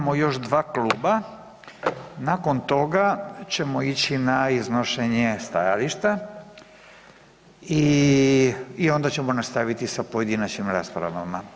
Imamo još dva kluba, nakon toga ćemo ići na iznošenje stajališta i, i onda ćemo nastaviti sa pojedinačnim raspravama.